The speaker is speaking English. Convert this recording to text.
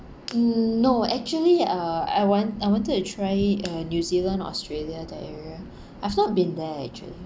mm no actually uh I want I wanted to try it uh new zealand australia that area I've not been there actually